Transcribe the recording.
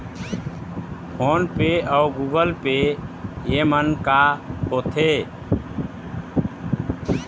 Phone पे अउ Google Pay येमन का होते?